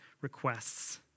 requests